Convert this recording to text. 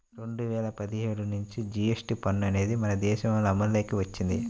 రెండు వేల పదిహేడు నుంచి జీఎస్టీ పన్ను అనేది మన దేశంలో అమల్లోకి వచ్చింది